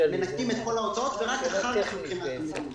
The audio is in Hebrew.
מנכים את כל ההוצאות ורק אחר כך ---.